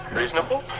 reasonable